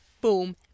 boom